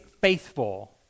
faithful